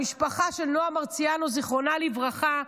המשפחה של נועה מרציאנו זיכרונה לברכה,